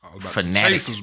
fanatic